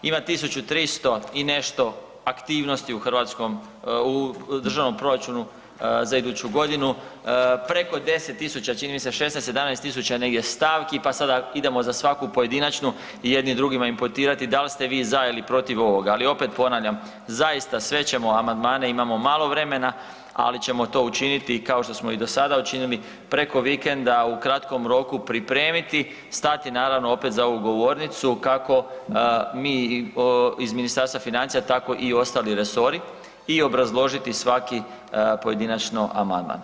Ima 1.300 i nešto aktivnosti u hrvatskom, u državnom proračunu za iduću godinu preko 10.000 čini mi se 16-17.000 negdje stavki pa sada idemo za svaku pojedinačnu jedni drugima imputirati da li ste vi za ili protiv ovoga, ali opet ponavljam zaista sve ćemo amandmane imamo malo vremena, ali ćemo to učiniti kao što smo to i do sada učinili preko vikenda u kratkom roku pripremiti, stati naravno opet za ovu govornicu kako mi iz Ministarstva financija tako i ostali resori i obrazložiti svaki pojedinačno amandman.